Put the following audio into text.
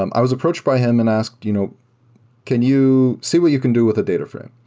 um i was approached by him and asked, you know can you see what you can do with the data frame?